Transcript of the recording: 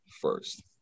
first